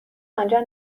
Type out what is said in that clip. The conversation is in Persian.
آنجا